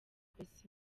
kwesa